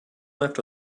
left